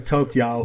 Tokyo